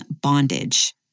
bondage